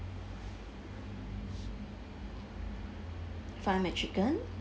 fun mac chicken